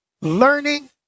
learning